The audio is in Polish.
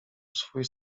swój